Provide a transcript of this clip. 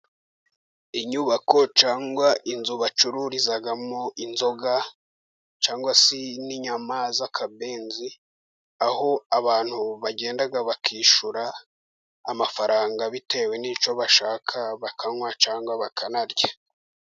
Inyubako cyangwa inzu bacururizamo inzoga, cyangwa se n'inyama z'akabenzi, aho abantu bagenda bakishyura amafaranga bitewe n'icyo bashaka bakanywa cyangwa bakanarya.